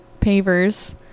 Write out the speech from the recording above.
pavers